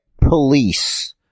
police